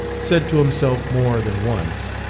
said to himself more than once,